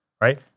Right